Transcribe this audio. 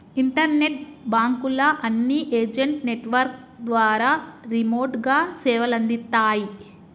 internet బాంకుల అన్ని agent network ద్వారా రిమోట్ గా సేవలందిత్తాయి